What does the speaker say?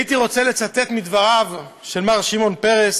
הייתי רוצה לצטט מדבריו של מר שמעון פרס,